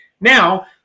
Now